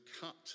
cut